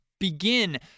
begin